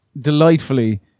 delightfully